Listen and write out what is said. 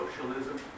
socialism